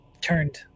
turned